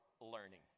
learning